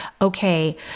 okay